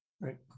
Right